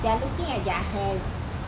they are looking at their hand